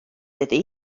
iddi